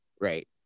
Right